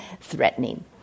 threatening